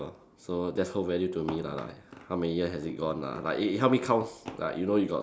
so that's whole value to me lah like how many years has it gone lah like it help me count like you know you got